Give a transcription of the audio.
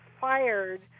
fired